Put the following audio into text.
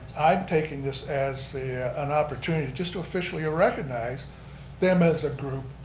i'm taking this as an opportunity just to officially ah recognize them as a group.